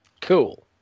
Cool